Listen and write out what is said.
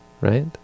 right